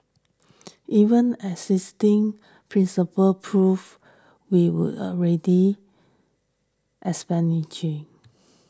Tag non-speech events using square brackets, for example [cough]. even existing principle prove we will already [unintelligible]